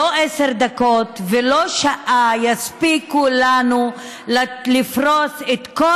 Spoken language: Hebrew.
לא עשר דקות ולא שעה יספיקו לנו לפרוס את כל